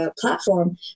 platform